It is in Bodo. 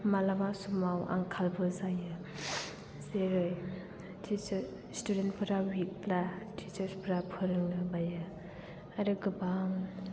माब्लाबा समाव आंखालबो जायो जेरै स्टुडेन्ट फोरा विक ब्ला टिचार्स फोरा फोरोंनो बायो आरो गोबां